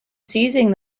seizing